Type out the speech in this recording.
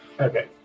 Okay